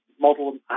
model